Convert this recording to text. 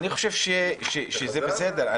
אני חושב שזה בסדר,